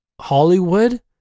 Hollywood